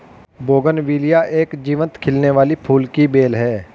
bougainvillea एक जीवंत खिलने वाली फूल की बेल है